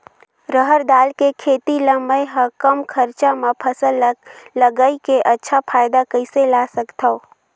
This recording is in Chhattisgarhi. रहर दाल के खेती ला मै ह कम खरचा मा फसल ला लगई के अच्छा फायदा कइसे ला सकथव?